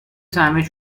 sandwich